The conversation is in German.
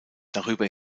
darüber